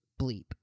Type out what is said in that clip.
bleep